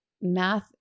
math